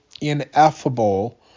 ineffable